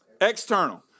External